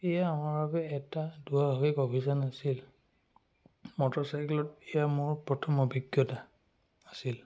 এয়া আমাৰ বাবে এটা দুঃসাহসিক অভিযান আছিল মটৰচাইকেলত এয়া মোৰ প্ৰথম অভিজ্ঞতা আছিল